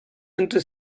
entre